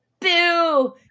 Boo